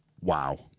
Wow